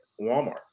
walmart